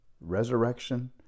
resurrection